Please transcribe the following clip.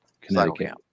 Connecticut